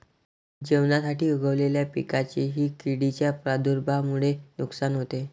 जेवणासाठी उगवलेल्या पिकांचेही किडींच्या प्रादुर्भावामुळे नुकसान होते